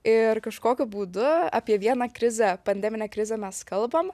ir kažkokiu būdu apie vieną krizę pandeminę krizę mes kalbam